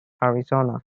arizona